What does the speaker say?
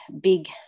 big